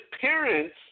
parents